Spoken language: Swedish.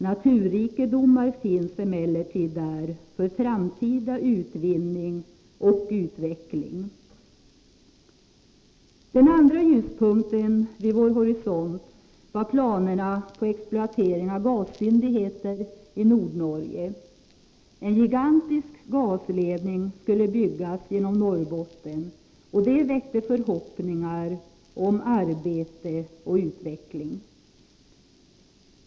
Naturrikedomarna finns emellertid där för framtida utvinning och utveckling. Den andra ljuspunkten vid vår horisont var planerna på exploatering av gasfyndigheter i Nordnorge. En gigantisk gasledning skulle byggas genom Norrbotten, och det väckte förhoppning om arbete och utveckling.